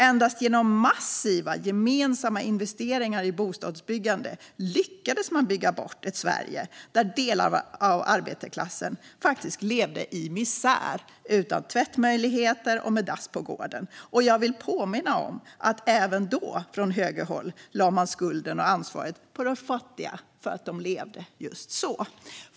Endast genom massiva gemensamma investeringar i bostadsbyggande lyckades man bygga bort ett Sverige där delar av arbetarklassen levde i misär utan tvättmöjligheter och med dass på gården. Jag vill påminna om att man även då från högerhåll lade skulden och ansvaret på de fattiga för att de levde just så.